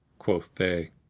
quoth they,